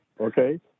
okay